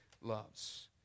loves